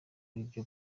aribyo